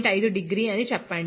5 degree అని చెప్పండి